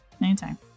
Anytime